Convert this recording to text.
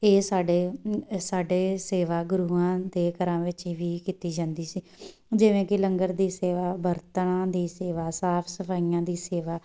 ਇਹ ਸਾਡੇ ਸਾਡੇ ਸੇਵਾ ਗੁਰੂਆਂ ਦੇ ਘਰਾਂ ਵਿੱਚ ਵੀ ਕੀਤੀ ਜਾਂਦੀ ਸੀ ਜਿਵੇਂ ਕਿ ਲੰਗਰ ਦੀ ਸੇਵਾ ਬਰਤਨਾਂ ਦੀ ਸੇਵਾ ਸਾਫ ਸਫਾਈਆਂ ਦੀ ਸੇਵਾ